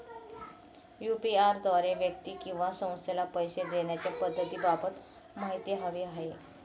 UPI द्वारे व्यक्ती किंवा संस्थेला पैसे देण्याच्या पद्धतींबाबत माहिती हवी आहे